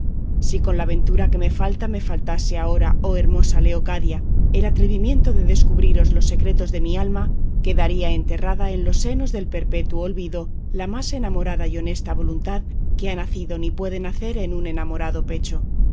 si con la ventura que me falta me faltase ahora oh hermosa leocadia el atrevimiento de descubriros los secretos de mi alma quedaría enterrada en los senos del perpetuo olvido la más enamorada y honesta voluntad que ha nacido ni puede nacer en un enamorado pecho